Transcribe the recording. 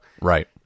Right